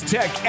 Tech